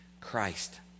Christ